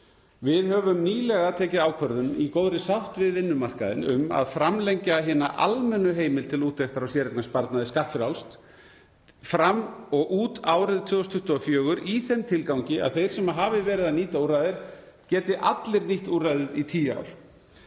Við höfum nýlega tekið ákvörðun, í góðri sátt við vinnumarkaðinn, um að framlengja hina almennu heimild til úttektar á séreignarsparnaði, skattfrjálst, út árið 2024 í þeim tilgangi að þeir sem hafa verið að nýta úrræðið geti allir nýtt úrræðið í tíu ár.